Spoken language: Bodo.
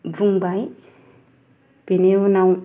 बुंबाय बिनि उनाव